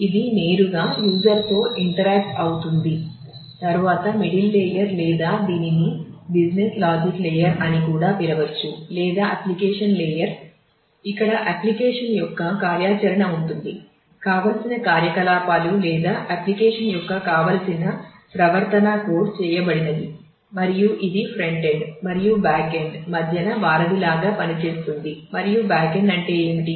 ఇది నేరుగా యూసర్ తో ఇంటరాక్ట్ అంటే ఏమిటి